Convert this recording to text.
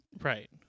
Right